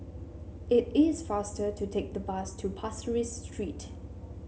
it is faster to take the bus to Pasir Ris Street